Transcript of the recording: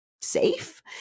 safe